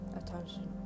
attention